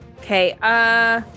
Okay